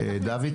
דוידסון.